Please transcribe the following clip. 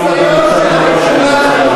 הבאה יעדכנו אותנו קצת מראש על הנושא הזה,